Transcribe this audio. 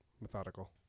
methodical